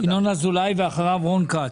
ינון אזולאי ואחריו רון כץ.